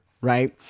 right